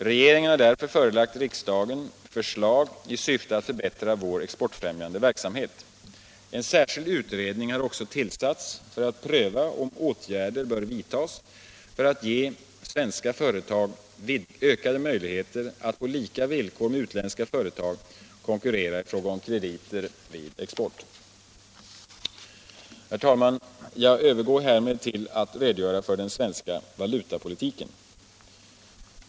Regeringen har därför förelagt riksdagen förslag i syfte att förbättra vår exportfrämjande verksamhet. En särskild utredning har också tillsatts för att pröva om åtgärder bör vidtas för att ge svenska företag ökade möjligheter att på lika villkor med utländska företag konkurrera i fråga om krediter vid export. Herr talman! Jag övergår härmed till att redogöra för den svenska valutapolitiken.